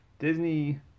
Disney